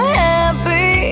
happy